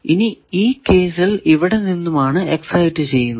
ഇനി ഈ കേസിൽ ഇവിടെ നിന്നുമാണ് എക്സൈറ്റ് ചെയ്യുന്നത്